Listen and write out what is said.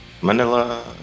Manila